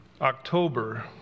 October